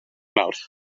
mawrth